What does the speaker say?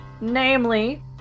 namely